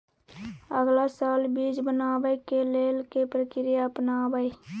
अगला साल बीज बनाबै के लेल के प्रक्रिया अपनाबय?